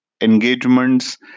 engagements